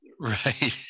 right